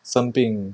生病